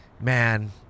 man